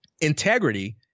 Integrity